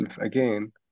again